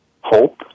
hope